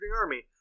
army